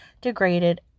degraded